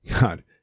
God